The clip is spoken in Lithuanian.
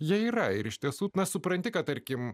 jie yra ir iš tiesų na supranti kad tarkim